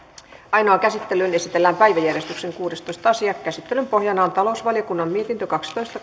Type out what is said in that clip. ainoaan käsittelyyn esitellään päiväjärjestyksen kuudestoista asia käsittelyn pohjana on talousvaliokunnan mietintö kaksitoista